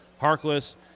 Harkless